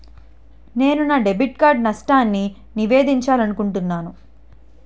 నేను నా debit card నష్టాన్ని నివేదించాలనుకుంటున్నాను